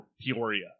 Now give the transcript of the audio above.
Peoria